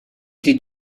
die